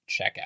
checkout